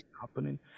happening